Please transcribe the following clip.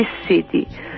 city